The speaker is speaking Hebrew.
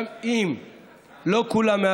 גם אם לא כולם,